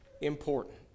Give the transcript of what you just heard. important